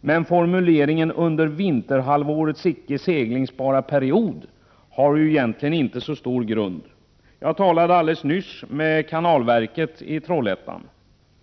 Men formuleringen ”Under vinterhalvårets icke seglingsbara period” har egentligen inte så stor grund. Jag talade nyss med Kanalverket i Trollhättan.